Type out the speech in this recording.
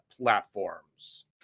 platforms